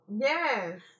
Yes